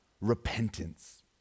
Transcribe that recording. repentance